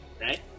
Right